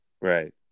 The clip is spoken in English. Right